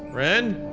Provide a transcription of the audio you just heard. ren!